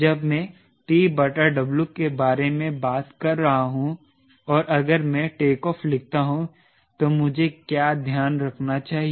जब मैं TW के बारे में बात कर रहा हूं और अगर मैं टेकऑफ़ लिखता हूं तो मुझे क्या ध्यान रखना चाहिए